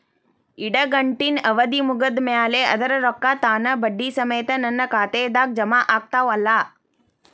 ಇಡಗಂಟಿನ್ ಅವಧಿ ಮುಗದ್ ಮ್ಯಾಲೆ ಅದರ ರೊಕ್ಕಾ ತಾನ ಬಡ್ಡಿ ಸಮೇತ ನನ್ನ ಖಾತೆದಾಗ್ ಜಮಾ ಆಗ್ತಾವ್ ಅಲಾ?